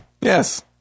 Yes